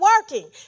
working